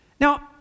Now